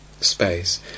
space